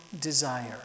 desire